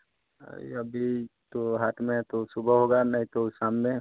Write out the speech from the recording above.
अभी तो हाथ में तो सुबह होगा नहीं तो शाम में